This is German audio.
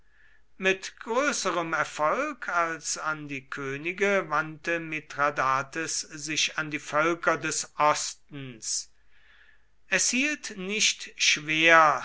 mit größerem erfolg als an die könige wandte mithradates sich an die völker des ostens es hielt nicht schwer